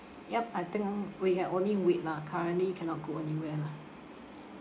yup I think we can only wait lah currently cannot go anywhere lah